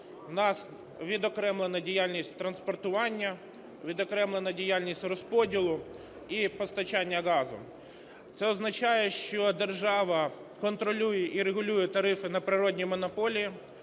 У нас відокремлено діяльність транспортування, відокремлено діяльність розподілу і постачання газу. Це означає, що держава контролює і регулює тарифи на природні монополії,